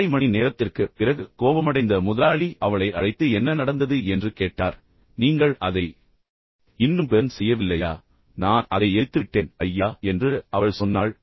அரை மணி நேரத்திற்கு பிறகு கோபமடைந்த முதலாளி அவளை அழைத்து என்ன நடந்தது என்று கேட்டார் நீங்கள் அதை இன்னும் எரிக்கவில்லையா எனவே நான் அதை எரித்துவிட்டேன் ஐயா என்று அவள் சொன்னாள்